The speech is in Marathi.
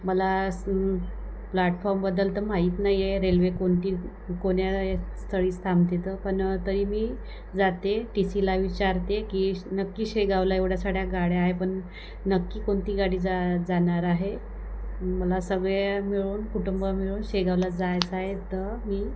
मला स प्लॅटफॉर्मबद्दल तर माहीत नाही आहे रेल्वे कोणती कोण्या स्थळी थांबते तर पण तरी मी जाते टी सीला विचारते की शे नक्की शेगावला एवढ्या साड्या गाड्या आहे पण नक्की कोणती गाडी जा जाणार आहे मला सगळे मिळून कुटुंब मिळून शेगावला जायचं आहे तर मी